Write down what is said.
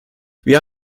wir